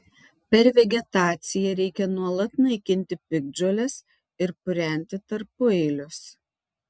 per vegetaciją reikia nuolat naikinti piktžoles ir purenti tarpueilius